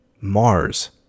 mars